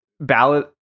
ballot